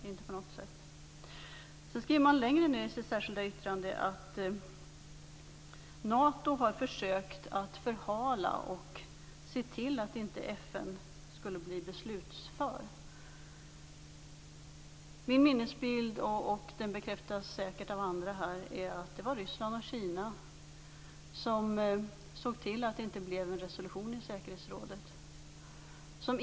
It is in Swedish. Inte på något sätt. Längre ner i sitt särskilda yttrande skriver Vänsterpartiet att Nato har försökt att förhala och se till att inte FN skulle bli beslutsför. Min minnesbild är - och den bekräftas säkert av andra här - att det var Ryssland och Kina som såg till att det inte blev en resolution i säkerhetsrådet.